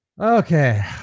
Okay